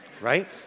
right